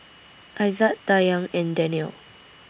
Aizat Dayang and Daniel